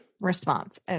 response